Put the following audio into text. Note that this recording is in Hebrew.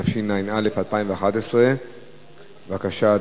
התשע"א 2011. בבקשה,